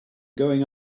going